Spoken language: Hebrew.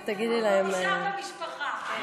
הכול נשאר במשפחה.